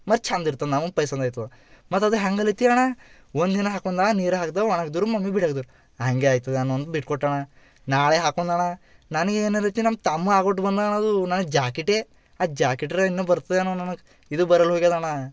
ಮತ್ತು ಚಂದ ಇರ್ತದೆ ನಮಿಗೆ ಪಸಂದ್ ಆಗ್ತದ ಮತ್ತದು ಹ್ಯಾಂಗಲಿತ್ತೀಯ ಅಣ್ಣ ಒಂದಿನ ಹಾಕೊಂಡ ನೀರು ಹಾಕ್ದ ಒಣಗಿದ್ರೂ ಮಮ್ಮಿ ಬಿಡಲ್ದರು ಹಾಗೆ ಆಗ್ತದ್ ಅನುಂದೆ ಬಿಟ್ಕೊಟ್ಟಅಣ್ಣ ನಾಳೆ ಹಾಕೊಂಡ ಅಣ್ಣ ನನಗೇನು ರೀತಿ ನಮ್ಮ ತಮ್ಮ ಹಾಕ್ಬಿಟ್ ಬಂದಾ ಅಣ್ಣ ಅದು ನನಿಗೆ ಜಾಕೆಟ್ ಆ ಜಾಕೆಟ್ಟರ ಇನ್ನು ಬರ್ತದೆ ಅಣ್ಣ ನನಗೆ ಇದು ಬರಲ್ಹೋಗ್ಯದೆ ಅಣ್ಣ